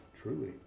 Truly